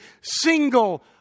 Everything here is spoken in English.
single